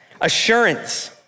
assurance